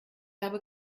habe